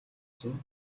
чинь